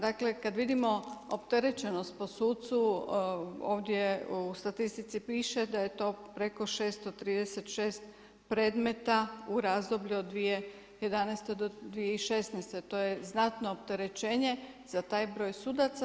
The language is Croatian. Dakle kada vidimo opterećenost po sucu ovdje u statistici piše da je to preko 636 predmeta u razdoblju od 2011. do 2016., to je znatno opterećenja za taj broj sudaca.